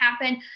happen